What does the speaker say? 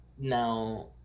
now